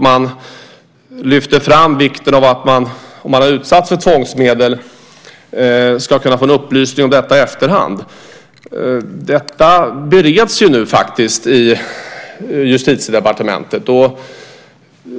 Man lyfter också fram vikten av att den som har utsatts för tvångsmedel ska kunna få upplysning om detta i efterhand. Det bereds faktiskt nu i Justitiedepartementet.